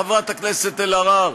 חברת הכנסת אלהרר,